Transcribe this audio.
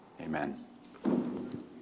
amen